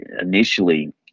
initially